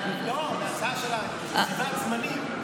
לא, להצעה של קציבת הזמנים.